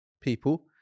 people